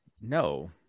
No